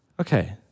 Okay